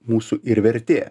mūsų ir vertė